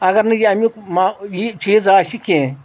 اگر نہٕ یہِ امیُک ما یہِ چیٖز آسہِ کینٛہہ